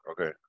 okay